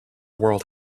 world